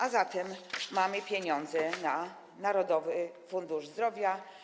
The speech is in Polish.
A zatem mamy pieniądze na Narodowy Fundusz Zdrowia.